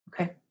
Okay